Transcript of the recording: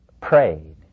prayed